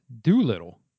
doolittle